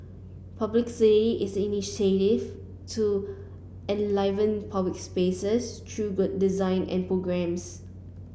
publicity is an initiative to enliven public spaces through good design and programmes